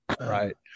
right